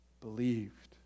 Believed